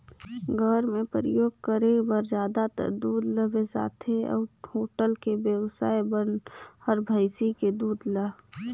घर मे परियोग करे बर जादातर दूद ल बेसाथे अउ होटल के बेवसाइ मन हर भइसी के दूद ल